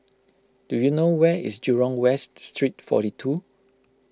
do you know where is Jurong West Street forty two